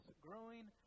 growing